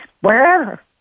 wherever